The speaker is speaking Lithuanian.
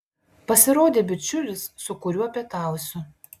pasirodė bičiulis su kuriuo pietausiu